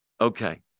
Okay